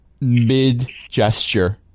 mid-gesture